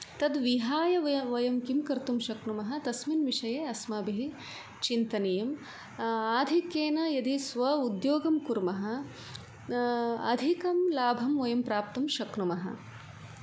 तद् विहाय व वयं किं कर्तुं शक्नुमः तस्मिन् विषये अस्माभिः चिन्तनीयं आधिक्येन यदि स्व उद्योगं कुर्मः अधिकं लाभं वयं प्राप्तुं शक्नुमः